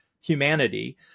humanity